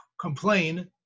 complain